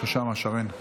יש שם, שרן.